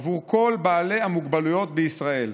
עבור כל בעלי המוגבלויות בישראל.